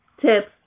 tips